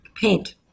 paint